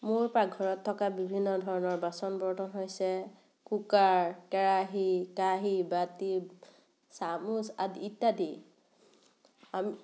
মোৰ পাকঘৰত থকা বিভিন্ন ধৰণৰ বাচন বৰ্তন হৈছে কুকাৰ কেৰাহী কাঁহী বাটি চামুচ আদি ইত্যাদি